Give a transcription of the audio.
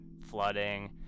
flooding